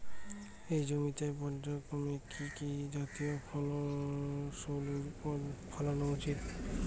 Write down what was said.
একই জমিতে পর্যায়ক্রমে কি কি জাতীয় ফসল ফলানো উচিৎ?